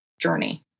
journey